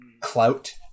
clout